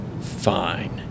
fine